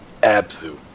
Abzu